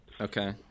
okay